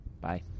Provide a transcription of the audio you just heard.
Bye